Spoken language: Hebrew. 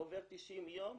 עוברים 90 יום,